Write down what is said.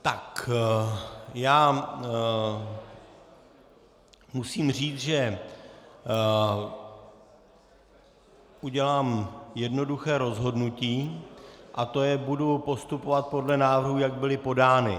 Tak musím říct, že udělám jednoduché rozhodnutí, a to je: budu postupovat podle návrhů, jak byly podány.